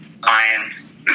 clients